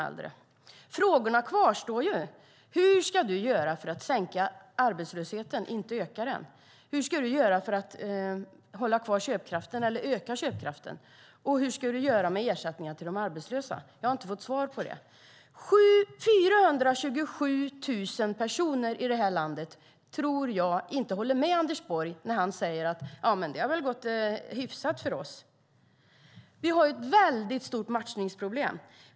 Frågorna kvarstår: Hur ska du göra för att sänka arbetslösheten, inte öka den? Hur ska du göra för att öka köpkraften? Och hur ska du göra med ersättningarna till de arbetslösa? Jag har inte fått svar på detta. Jag tror att 427 000 personer i det här landet inte håller med Anders Borg när han säger: Ja, men det har väl gått hyfsat för oss. Vi har ett väldigt stort matchningsproblem.